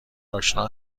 آشنا